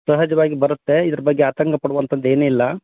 ಸಹಜವಾಗಿ ಬರುತ್ತೆ ಇದ್ರ ಬಗ್ಗೆ ಆತಂಕ ಪಡುವಂಥದ್ದು ಏನಿಲ್ಲ